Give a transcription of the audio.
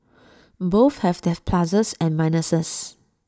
both have their pluses and minuses